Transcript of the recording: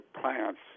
plants